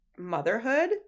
motherhood